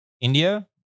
India